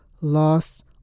lost